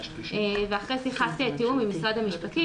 אחרי שיחת תיאום עם משרד המשפטים,